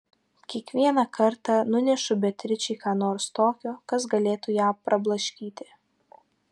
kiekvieną kartą nunešu beatričei ką nors tokio kas galėtų ją prablaškyti